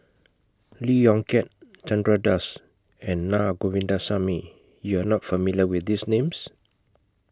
Lee Yong Kiat Chandra Das and Na Govindasamy YOU Are not familiar with These Names